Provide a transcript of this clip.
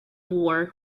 war